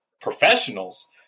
professionals